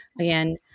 again